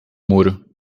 muro